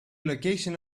location